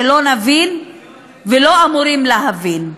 שלא נבין ולא אמורים להבין.